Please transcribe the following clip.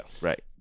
right